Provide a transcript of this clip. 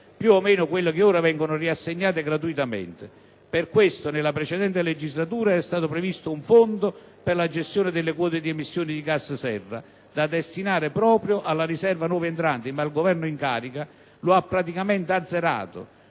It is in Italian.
più o meno quelle che ora vengono riassegnate gratuitamente. Per questo, nella precedente legislatura era stato previsto un Fondo per la gestione delle quote di emissione di gas serra, da destinare proprio alla riserva nuovi entranti, ma il Governo in carica lo ha praticamente azzerato,